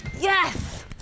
Yes